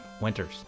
Winters